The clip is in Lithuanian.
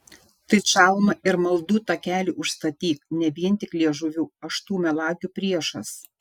tai čalmą ir maldų takelį užstatyk ne vien tik liežuviu aš tų melagių priešas